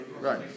right